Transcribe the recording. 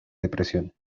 depresión